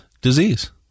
disease